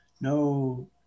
no